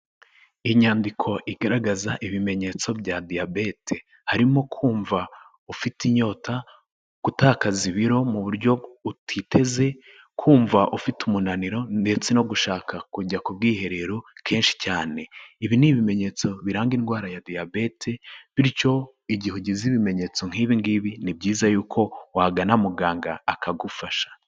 Inyandiko igaragaza ibimenyetso bya diyabete harimo kumva ufite inyota, gutakaza ibiro mu buryo utiteze, kumva ufite umunaniro ndetse no gushaka kujya ku bwiherero kenshi cyane. Ibi ni ibimenyetso biranga indwara ya diyabete, bityo igihe ugize ibimenyetso nk'ibi ngibi ni byiza y’uko wagana muganga akagufasha.